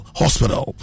hospital